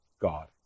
God